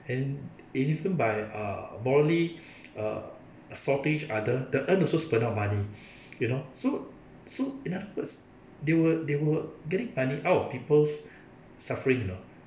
and even by uh bodily uh assaulting each other the urn also spurn out money you know so so in other words they were they were getting money out of people's suffering you know